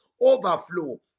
overflow